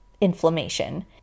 inflammation